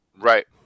Right